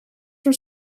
were